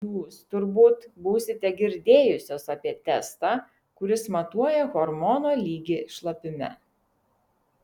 jūs turbūt būsite girdėjusios apie testą kuris matuoja hormono lygį šlapime